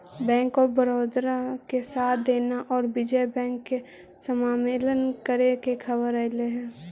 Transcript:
bank of Baroda के साथ देना औउर विजय बैंक के समामेलन करे के खबर अले हई